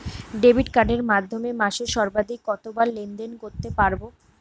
Debit কার্ডের মাধ্যমে মাসে সর্বাধিক কতবার লেনদেন করতে পারবো?